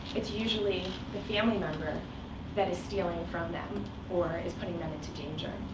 it's usually the family member that is stealing from them or is putting them into danger.